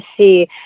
see